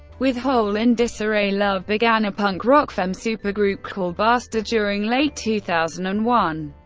with hole in disarray, love began a punk rock femme supergroup called bastard during late two thousand and one,